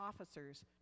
officers